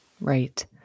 Right